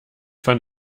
fand